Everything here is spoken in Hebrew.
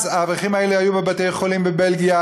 אז האברכים האלה היו בבתי-חולים בבלגיה,